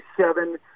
seven